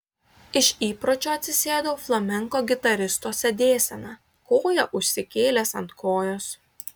iš įpročio atsisėdau flamenko gitaristo sėdėsena koją užsikėlęs ant kojos